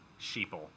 sheeple